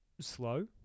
slow